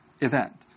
event